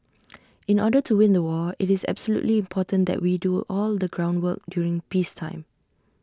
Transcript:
in order to win the war IT is absolutely important that we do all the groundwork during peacetime